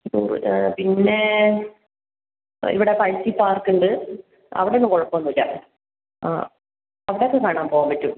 ഇപ്പം പിന്നെ ഇവിടെ പഴുത്തി പാർക്ക് ഉണ്ട് അവിടെ ഒന്നും കുഴപ്പമൊന്നുമില്ല ആ അവിടെയൊക്കെ കാണാൻ പോകാൻ പറ്റും